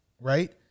right